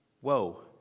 whoa